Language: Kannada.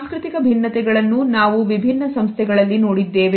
ಸಾಂಸ್ಕೃತಿಕ ಭಿನ್ನತೆಗಳನ್ನು ನಾವು ವಿಭಿನ್ನ ಸಂಸ್ಥೆಗಳಲ್ಲಿ ನೋಡಿದ್ದೇವೆ